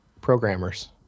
Programmers